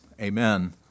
Amen